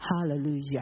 Hallelujah